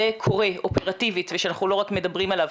קורה אופרטיבית ושאנחנו לא רק מדברים עליו,